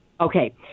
Okay